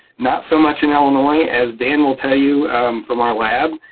not so much in illinois as dan will tell you from our lab.